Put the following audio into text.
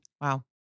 Wow